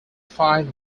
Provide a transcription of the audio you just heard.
five